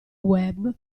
web